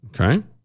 Okay